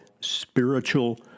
spiritual